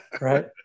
right